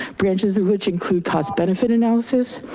branches which include cost benefit analysis,